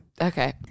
Okay